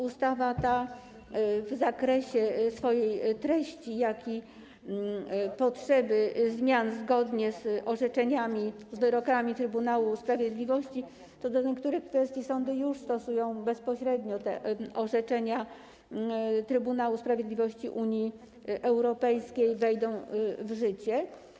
Ustawa ta w zakresie swojej treści, jak i z uwagi na potrzebę zmian zgodnie z orzeczeniami, z wyrokami Trybunału Sprawiedliwości - co do niektórych kwestii sądy już stosują bezpośrednio orzeczenia Trybunału Sprawiedliwości Unii Europejskiej - wejdzie w życie.